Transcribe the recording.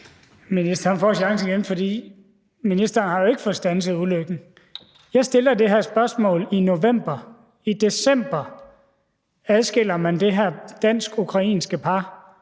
Ministeren får chancen igen, for ministeren har jo ikke fået standset ulykken. Jeg stiller det her spørgsmål i november, og i december adskiller man det her dansk-ukrainske par,